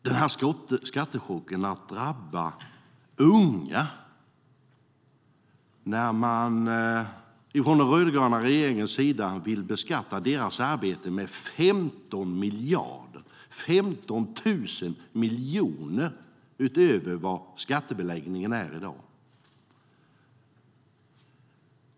Allra hårdast kommer skattechocken att drabba unga när man från den rödgröna regeringens sida vill beskatta deras arbete med 15 miljarder, 15 000 miljoner, utöver vad skattebeläggningen är i dag.